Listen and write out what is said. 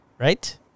Right